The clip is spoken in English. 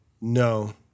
No